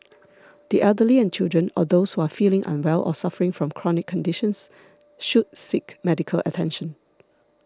the elderly and children or those who are feeling unwell or suffering from chronic conditions should seek medical attention